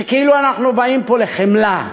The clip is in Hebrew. שכאילו אנחנו באים פה לחמלה.